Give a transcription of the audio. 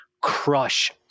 crush